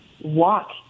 walk